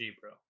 bro